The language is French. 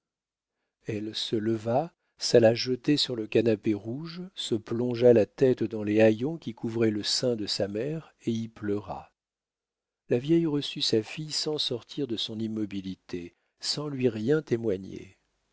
elle se leva s'alla jeter sur le canapé rouge se plongea la tête dans les haillons qui couvraient le sein de sa mère et y pleura la vieille reçut sa fille sans sortir de son immobilité sans lui rien témoigner